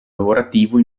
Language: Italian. lavorativo